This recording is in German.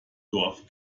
dorf